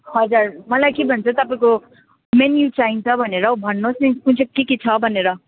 हजुर मलाई के भन्छ तपाईँको मेन्यू चाहिन्छ भनेर हौ भन्नुहोस् नि कुन चाहिँ के के छ भनेर